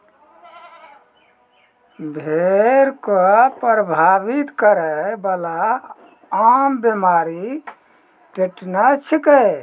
भेड़ क प्रभावित करै वाला आम बीमारी टिटनस छिकै